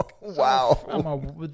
Wow